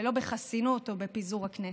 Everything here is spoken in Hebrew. ולא בחסינות או בפיזור הכנסת.